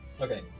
Okay